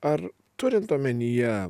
ar turint omenyje